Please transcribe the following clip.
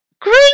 Green